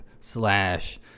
slash